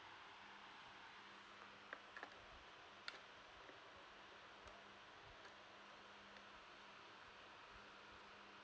the